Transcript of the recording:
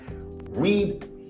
read